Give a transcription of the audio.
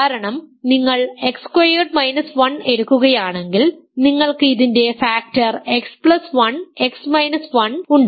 കാരണം നിങ്ങൾ x squared minus 1 എടുക്കുകയാണെങ്കിൽ നിങ്ങൾക്ക് ഇതിൻറെ ഫാക്ടർ X1 ഉണ്ട്